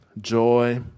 joy